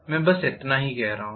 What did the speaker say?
मैं बस इतना ही कह रहा हूं